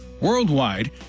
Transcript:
worldwide